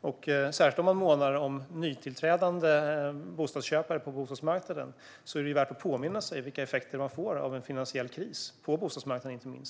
Om man särskilt månar om nytillträdande köpare på bostadsmarknaden är det värt att påminna sig vilka effekterna kan bli av en finansiell kris på inte minst bostadsmarknaden.